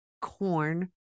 corn